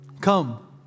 Come